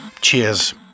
cheers